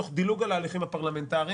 תוך דילוג על ההליכים הפרלמנטריים,